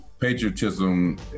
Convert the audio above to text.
patriotism